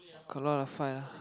got a lot of fight lah